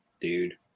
dude